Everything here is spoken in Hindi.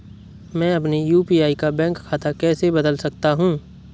मैं अपने यू.पी.आई का बैंक खाता कैसे बदल सकता हूँ?